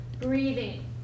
Breathing